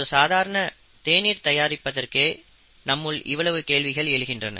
ஒரு சாதாரண தேநீர் தயாரிப்பதற்கு நம்முள் இவ்வளவு கேள்விகள் எழுகின்றன